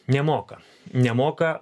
nemoka nemoka